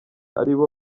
aribo